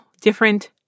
different